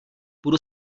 budu